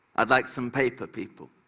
i'd like some paper people.